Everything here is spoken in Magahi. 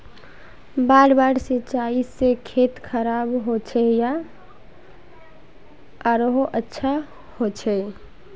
बार बार सिंचाई से खेत खराब होचे या आरोहो अच्छा होचए?